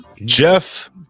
Jeff